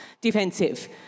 defensive